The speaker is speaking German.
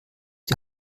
die